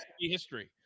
History